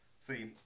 See